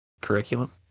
curriculum